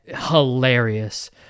hilarious